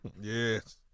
Yes